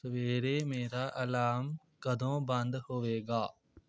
ਸਵੇਰੇ ਮੇਰਾ ਅਲਾਰਮ ਕਦੋਂ ਬੰਦ ਹੋਵੇਗਾ